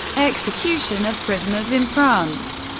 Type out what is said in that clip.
execution of prisoners in france